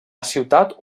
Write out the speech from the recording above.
ciutat